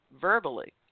verbally